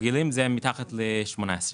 מתחת ל-18.